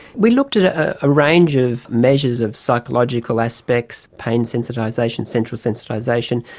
we looked at at a range of measures of psychological aspects, pain sensitisation, central sensitisation,